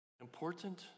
important